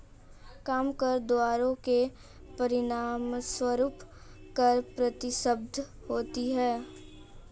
कम कर दरों के परिणामस्वरूप कर प्रतिस्पर्धा होती है